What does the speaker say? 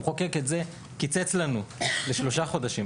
המחוקק את זה קיצץ לנו לשלושה חודשים.